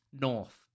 north